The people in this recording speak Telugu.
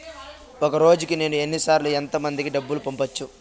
ఒక రోజుకి నేను ఎన్ని సార్లు ఎంత మందికి డబ్బులు పంపొచ్చు?